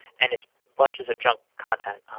and just bunches of junk content on